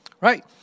Right